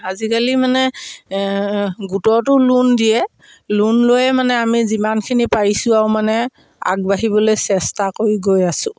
আজিকালি মানে গোটতো লোন দিয়ে লোন লৈয়ে মানে আমি যিমানখিনি পাৰিছোঁ আৰু মানে আগবাঢ়িবলৈ চেষ্টা কৰি গৈ আছো